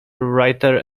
writer